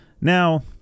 Now